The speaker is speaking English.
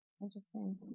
Interesting